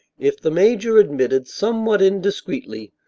if the major admitted, somewhat indiscreetly,